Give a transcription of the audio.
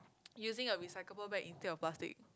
using a recyclable bag instead of plastic